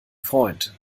freund